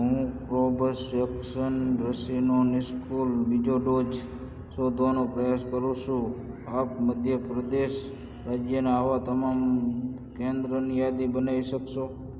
હું કોર્બેવેક્સ રસીનો નિસ્કૉલ બીજો ડોઝ શોધવાનો પ્રયાસ કરું શું આપ મધ્ય પ્રદેશ રાજ્યનાં આવાં તમામ કેન્દ્રોની યાદી બનાવી શકશો